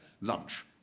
lunch